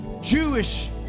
Jewish